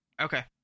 Okay